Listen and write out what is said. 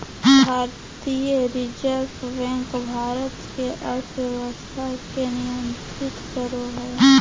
भारतीय reserve bank Bharat के अर्थव्यवस्था के नियन्त्रित करो हइ